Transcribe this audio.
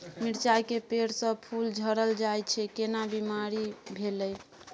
मिर्चाय के पेड़ स फूल झरल जाय छै केना बीमारी भेलई?